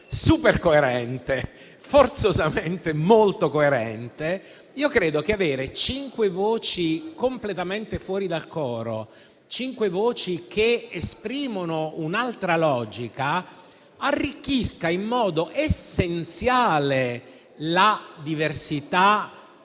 super coerente, forzosamente molto coerente, credo che avere cinque voci completamente fuori dal coro, cinque voci che esprimono un'altra logica, arricchisca in modo essenziale la diversità